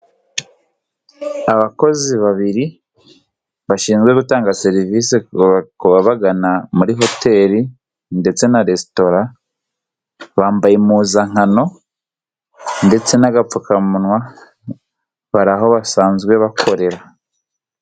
Abakozi babiri bashinzwe gutanga serivise kubagana muri hoteri ndetse na resitora, bambaye impuzankano ndetse n'agapfukamunwa, bari aho basanzwe bakorera.